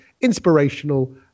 inspirational